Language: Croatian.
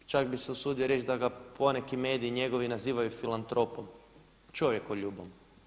Čak bih se usudio reći da ga poneki mediji njegovi nazivaju filantropom, čovjekoljubom.